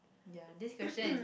ya this question is